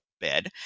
bed